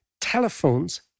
telephones